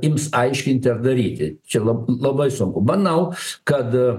ims aiškinti ar daryti čia lab labai sunku manau kad